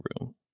room